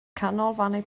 canolfannau